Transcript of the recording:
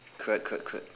correct correct correct